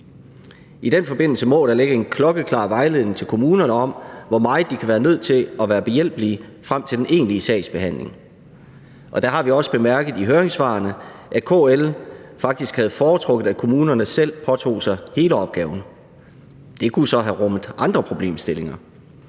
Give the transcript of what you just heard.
I den forbindelse må der ligge en klokkeklar vejledning til kommunerne om, i hvor grad de kan være nødt til at være behjælpelige frem til den egentlige sagsbehandling. Der har vi også bemærket i høringssvarene, at KL faktisk havde foretrukket, at kommunerne selv påtog sig hele opgaven. Det kunne så have rummet andre problemstillinger.